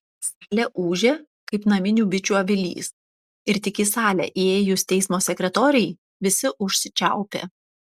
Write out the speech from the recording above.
salė ūžė kaip naminių bičių avilys ir tik į salę įėjus teismo sekretorei visi užsičiaupė